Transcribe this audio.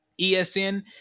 ESN